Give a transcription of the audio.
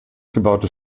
gebaute